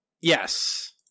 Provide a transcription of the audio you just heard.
Yes